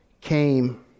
came